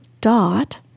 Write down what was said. dot